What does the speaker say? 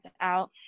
out